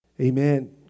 Amen